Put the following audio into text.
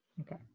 Okay